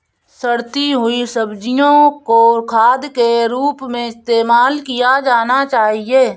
सड़ती हुई सब्जियां को खाद के रूप में इस्तेमाल किया जाना चाहिए